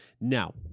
now